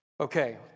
Okay